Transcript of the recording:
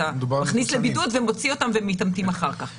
אתה מכניס לבידוד ומוציא אותם והם מתאמתים אחר כך.